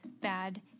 bad